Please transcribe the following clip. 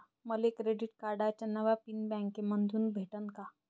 मले क्रेडिट कार्डाचा नवा पिन बँकेमंधून भेटन का?